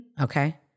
Okay